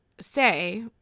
say